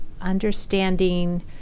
understanding